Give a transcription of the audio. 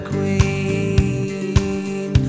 Queen